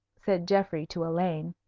said geoffrey to elaine,